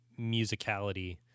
musicality